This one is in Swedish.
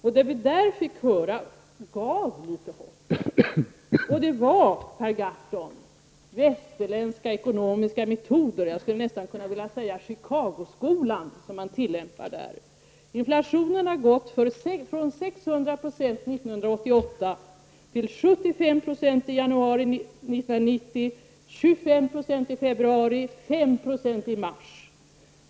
Och det som vi där fick höra gav litet hopp. Det var, Per Gahrton, västerländska ekonomiska metoder, jag skulle nästan vilja säga Chicagoskolan, som man tillämpar där. Inflationen har sjunkit från 600 90 1988 till 75 90 i januari 1990, 25 96 i februari och 5 Jo i mars.